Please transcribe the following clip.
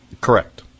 correct